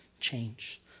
Change